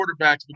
quarterbacks